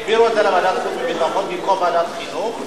העבירו את זה לוועדת החוץ והביטחון במקום לוועדת החינוך,